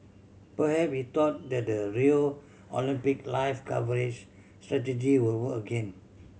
perhaps he thought that the Rio Olympics live coverage strategy will work again